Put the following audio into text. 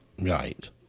Right